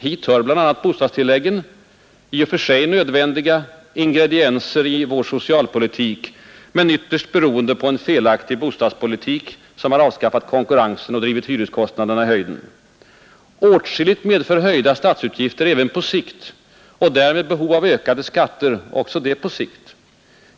Hit hör bl.a. bostadstilläggen, i och för sig nödvändiga ingredienser i vår socialpolitik, men ytterst beroende på en felaktig bostadspolitik, som har avskaffat konkurrensen och drivit hyreskostnaderna i höjden. Åtskilligt medför höjda statsutgifter även på sikt och därmed behov av ökade skatter, också det på sikt.